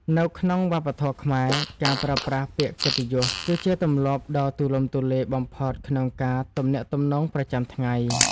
នៅក្នុងវប្បធម៌ខ្មែរ ការប្រើប្រាស់ពាក្យកិត្តិយស គឺជាទម្លាប់ដ៏ទូលំទូលាយបំផុតក្នុងការទំនាក់ទំនងប្រចាំថ្ងៃ។